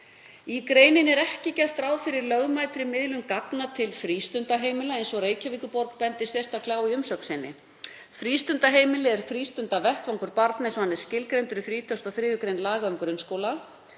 Í greininni er ekki gert ráð fyrir lögmætri miðlun gagna til frístundaheimila, eins og Reykjavíkurborg bendir sérstaklega á í umsögn sinni. Frístundaheimili er frístundavettvangur barna eins og hann er skilgreindur í 33. gr. a laga um grunnskóla,